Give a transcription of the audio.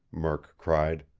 murk cried.